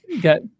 got